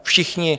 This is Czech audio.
Všichni.